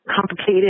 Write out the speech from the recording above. complicated